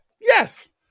Yes